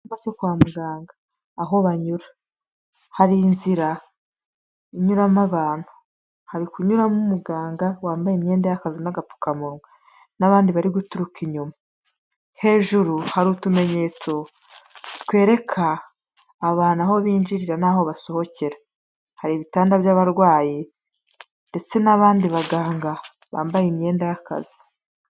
Icyumba cyo kwa muganga aho banyura hari inzira inyuramo abantu, hari kunyuramo umuganga wambaye imyenda y'akazi n'agapfukamunwa n'abandi bari guturuka inyuma, hejuru hari utumenyetso twereka abantu aho binjirira n'aho basohokera, hari ibitanda by'abarwayi ndetse n'abandi baganga bambaye imyenda y'akazi.